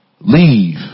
Leave